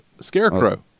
Scarecrow